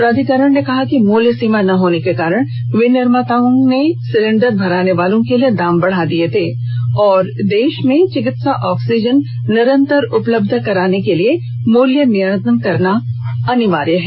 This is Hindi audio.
प्राधिकरण ने कहा कि मूल्य सीमा न होने के कारण विनिर्माताओं ने सिलेंडर भराने वालों के लिए दाम बढ़ा दिए थे और देश में चिकित्सा ऑक्सीजन निरंतर उपलब्ध कराने के लिए मूल्य नियंत्रण करना अनिवार्य है